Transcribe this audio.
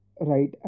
right